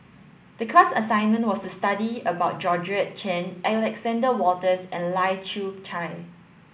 the class assignment was study about Georgette Chen Alexander Wolters and Lai Kew Chai